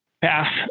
pass